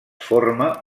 forma